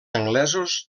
anglesos